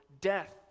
death